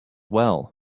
well